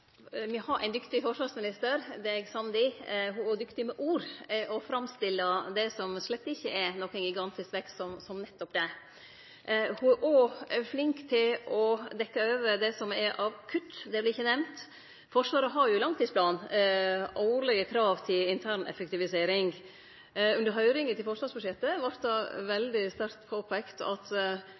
Me har ein dyktig forsvarsminister. Det er eg samd i. Ho er òg dyktig med ord og framstiller det som slett ikkje er nokon gigantisk vekst, som nettopp det. Ho er òg flink til å dekkje over det som er akutt – det vert ikkje nemnt. Forsvaret har jo ein langtidsplan og årlege krav til intern effektivisering. Under høyringa om forsvarsbudsjettet vart det veldig